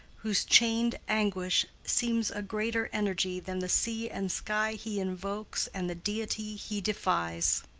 whose chained anguish seems a greater energy than the sea and sky he invokes and the deity he defies.